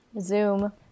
Zoom